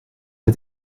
het